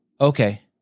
okay